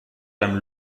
beim